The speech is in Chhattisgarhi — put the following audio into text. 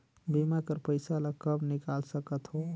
बीमा कर पइसा ला कब निकाल सकत हो?